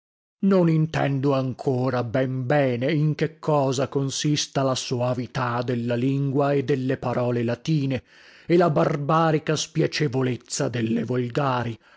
non intendo ancora ben bene in che cosa consista la soavità della lingua e delle parole latine e la barbarica spiacevolezza delle volgari